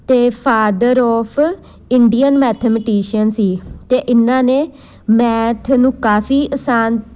ਅਤੇ father of Indian mathematician ਸੀ ਅਤੇ ਇਹਨਾਂ ਨੇ ਮੈਥ ਨੂੰ ਕਾਫੀ ਆਸਾਨ